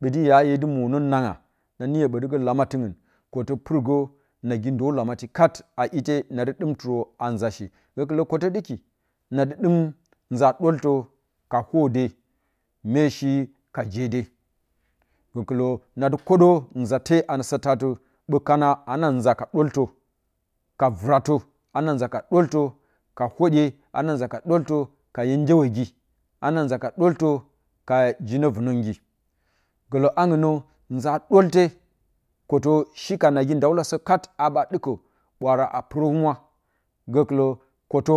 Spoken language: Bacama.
ɓodɨ ya yedɨ mwo nnonaanga na myə ɓoti lamadiung ketə purgə nagidə lamati kat a ite nadɨ dɨmtrə ama shi gəkɨlə kotə ɗɨki na dɨm ma doltə ka hyode meshi ka jede gəkɨlə nadɨ kədə uzate anəsatati ɓə kana ana nza ka ɗəltə ka vratə ana nza ka ɗəaltə ka hodye ana nza ka ɗəltə kayi ndewigi ana nza ka ɗoltə ka ji novunəngi gələ aungnə nza ɗolte kətə shika nagi ndawulasə kat a ɓa ɗɨkə ɓwaara apurəhumwa gəkɨlə kote